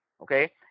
Okay